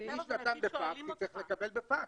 הוא הגיש בפקס, הוא צריך לקבל בפקס.